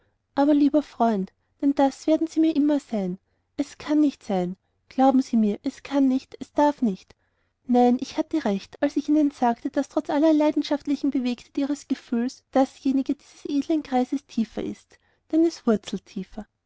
aber lieber freund denn das werden sie mir immer sein es kann nicht sein glauben sie mir es kann nicht es darf nicht nein ich hatte recht als ich ihnen sagte daß trotz aller leidenschaftlichen bewegtheit ihres gefühles dasjenige dieses edlen greises tiefer ist denn es